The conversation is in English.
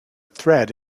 thread